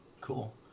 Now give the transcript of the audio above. cool